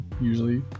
usually